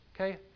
okay